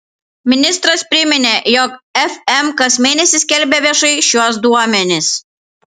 ministras priminė jog fm kas mėnesį skelbia viešai šiuos duomenis